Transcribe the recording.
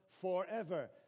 forever